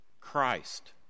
Christ